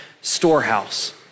storehouse